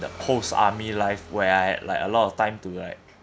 the post army life where I had like a lot of time to like